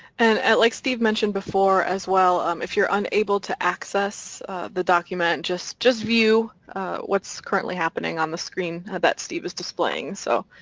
and like steve mentioned before as well um if you're unable to access the document just just view what's currently happening on the screen that steve was displaying. so